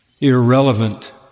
irrelevant